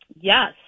Yes